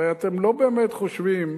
הרי אתם לא באמת חושבים,